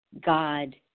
God